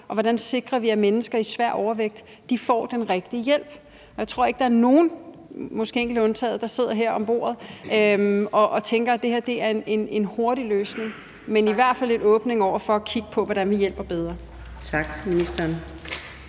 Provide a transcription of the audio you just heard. og hvordan vi sikrer, at mennesker med svær overvægt får den rigtige hjælp. Jeg tror ikke, der er nogen – måske med enkelte undtagelser – der sidder her og tænker, at det her er en hurtig løsning. Men der er i hvert fald en åbning over for at kigge på, hvordan vi hjælper bedre. Kl.